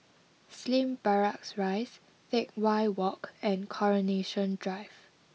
Slim Barracks Rise Teck Whye Walk and Coronation Drive